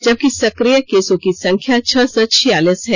जबकि सक्रिय केसों की संख्या छह सौ छियालीस है